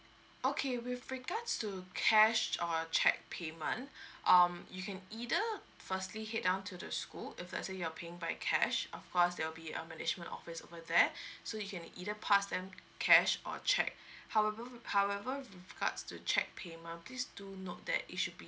okay with regards to cash or cheque payment um you can either firstly head down to the school if let's say you are paying by cash of course there will be a management office over there so you can either pass them cash or cheque however however with regards to cheque payment please do note that it should be